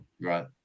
Right